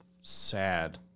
sad